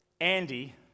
Andy